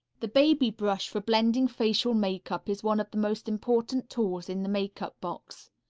the baby brush for blending facial makeup is one of the most important tools in the makeup box.